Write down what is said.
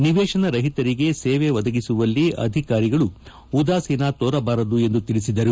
ನಿವೇಶನ ರಹಿತರಿಗೆ ಸೇವೆ ಒದಗಿಸುವಲ್ಲಿ ಅಧಿಕಾರಿಗಳು ಉದಾಸೀನ ತೋರಬಾರದು ಎಂದು ತಿಳಿಸಿದರು